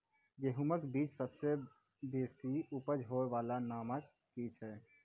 गेहूँमक बीज सबसे बेसी उपज होय वालाक नाम की छियै?